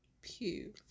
Pew